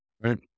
right